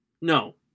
no